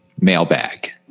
mailbag